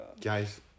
Guys